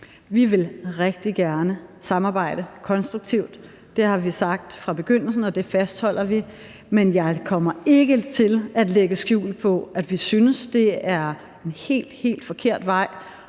Vi vil rigtig gerne samarbejde konstruktivt. Det har vi sagt fra begyndelsen, og det fastholder vi, men jeg kommer ikke til at lægge skjul på, at vi synes, det er en helt, helt forkert vej,